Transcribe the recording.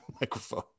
microphone